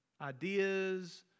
ideas